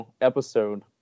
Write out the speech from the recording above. episode